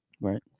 Right